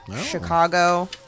Chicago